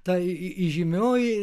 ta įžymioji